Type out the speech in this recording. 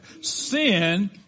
Sin